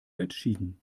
entschieden